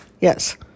Yes